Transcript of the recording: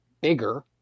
bigger